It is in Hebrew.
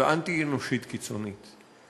ואנטי-אנושית קיצונית.